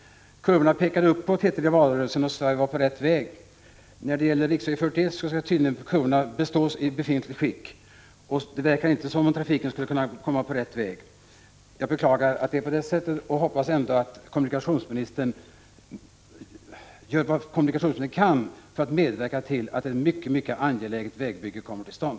Kurvorna pekar uppåt, hette det i valrörelsen, och Sverige var på rätt väg. När det gäller riksväg 41 skall tydligen kurvorna bestå i befintligt skick, och det verkar inte som om trafiken skulle kunna komma på rätt väg. Jag beklagar att det är på det sättet och hoppas ändå att kommunikationsministern gör vad han kan för att medverka till att ett mycket mycket angeläget vägbygge kommer till stånd.